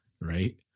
right